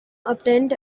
obtained